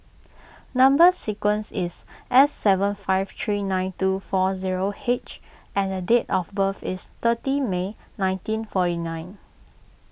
Number Sequence is S seven five three nine two four zero H and the date of birth is thirty May nineteen forty nine